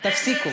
גזען שכמוך.